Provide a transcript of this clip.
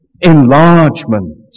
Enlargement